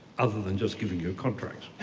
other than just giving you contracts?